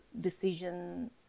decision